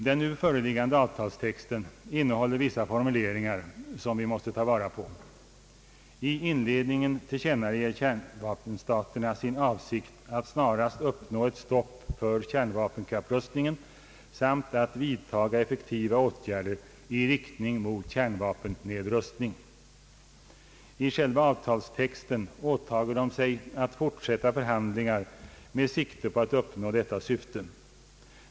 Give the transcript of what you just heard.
Den nu föreliggande avtalstexten innehåller vissa formuleringar som vi måste ta vara på. I inledningen tillkännager kärnvapenstaterna sin avsikt att snarast uppnå ett stopp för kärnvapen kapprustningen samt att vidtaga effektiva åtgärder i riktning mot kärnvapennedrustning. I själva avtalstexten åtager de sig att fortsätta förhandlingar med sikte på att uppnå detta syfte.